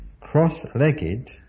cross-legged